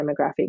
demographic